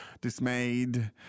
dismayed